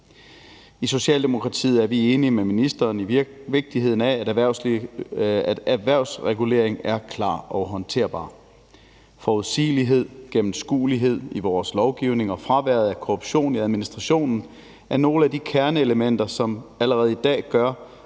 I Socialdemokratiet er vi enige med ministeren i vigtigheden af, at erhvervsregulering er klar og håndterbar. Forudsigelighed og gennemskuelighed i vores lovgivning og fraværet af korruption i administrationen, er nogle af de kerneelementer, som allerede i dag gør,